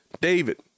David